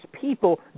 people